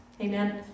Amen